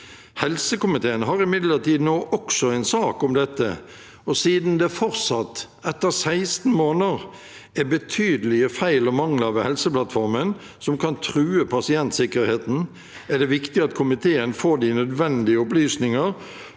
Helsekomiteen har imidlertid nå også en sak om dette, og siden det fortsatt, etter 16 måneder, er betydelige feil og mangler ved Helseplattformen som kan true pasientsikkerheten, er det viktig at komiteen får de nødvendige opplysninger